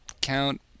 Count